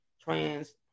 trans